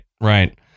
right